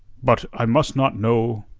but i must not know.